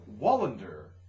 Wallander